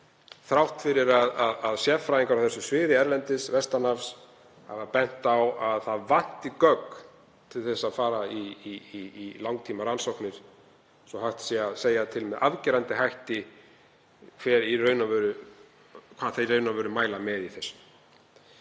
þrátt fyrir að sérfræðingar á þessu sviði erlendis, vestanhafs, hafi bent á að það vanti gögn til að fara í langtímarannsóknir svo hægt sé að segja til með afgerandi hætti hverju þeir mæla í raun og veru með í þessu.